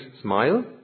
smile